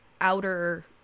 outer